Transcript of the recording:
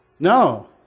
No